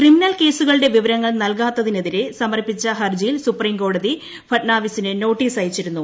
criminal കേസുകളുടെ വിവരങ്ങൾ നൽകാത്തതിനെതിരെ സമർപ്പിച്ച ഹർജിയിൽ സുപ്രീംകോടതി ഫട്നാവിസിന് നോട്ടീസ് അയച്ചിരുന്നു